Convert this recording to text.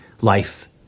Life